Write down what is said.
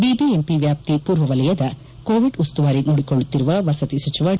BBMP ವ್ಯಾಪ್ತಿ ಮೂರ್ವ ವಲಯದ ಕೋವಿಡ್ ಉಸ್ತುವಾರಿ ನೋಡಿಕೊಳ್ಳುತ್ತಿರುವ ವಸತಿ ಸಚಿವ ವಿ